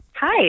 Hi